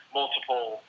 multiple